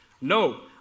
no